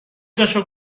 تاشو